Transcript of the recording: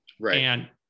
Right